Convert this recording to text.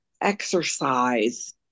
exercise